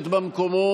במקומות.